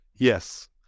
Yes